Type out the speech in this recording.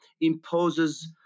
imposes